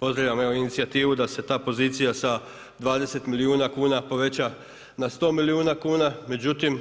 Pozdravljam inicijativu da se ta pozicija sa 20 milijuna kuna poveća na 100 milijuna kuna, međutim